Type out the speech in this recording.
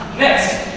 next.